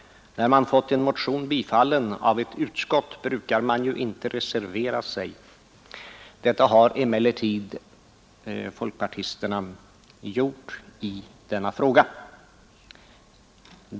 När man fått en motion bifallen av ett utskott brukar man ju inte reservera sig — detta har emellertid folkpartisterna gjort i denna fråga.